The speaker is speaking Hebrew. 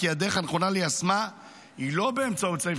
כי הדרך הנכונה ליישמה היא לא באמצעות סעיף